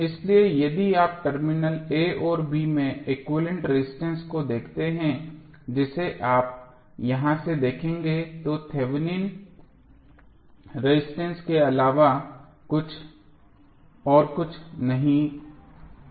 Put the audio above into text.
इसलिए यदि आप टर्मिनल a और b में एक्विवैलेन्ट रेजिस्टेंस को देखते हैं जिसे आप यहां से देखेंगे तो थेवेनिन रेजिस्टेंस के अलावा और कुछ नहीं है